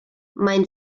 mein